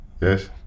Yes